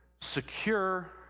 secure